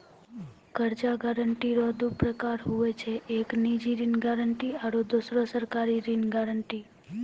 कर्जा गारंटी रो दू परकार हुवै छै एक निजी ऋण गारंटी आरो दुसरो सरकारी ऋण गारंटी